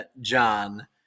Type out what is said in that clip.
John